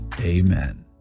Amen